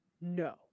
No